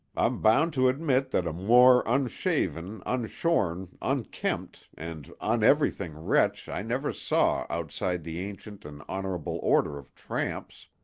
i'm bound to admit that a more unshaven, unshorn, unkempt, and uneverything wretch i never saw outside the ancient and honorable order of tramps.